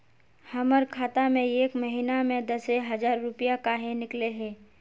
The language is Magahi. हमर खाता में एक महीना में दसे हजार रुपया काहे निकले है?